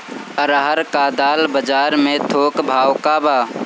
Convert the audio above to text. अरहर क दाल बजार में थोक भाव का बा?